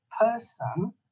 person